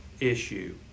issue